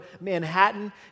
Manhattan